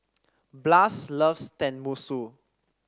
Blas loves Tenmusu